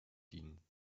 dienen